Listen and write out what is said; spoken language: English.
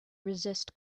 resist